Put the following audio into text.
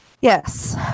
Yes